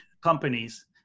companies